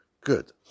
Good